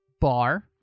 bar